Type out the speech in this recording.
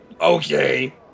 Okay